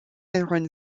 iron